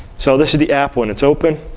so this is the app when it's open,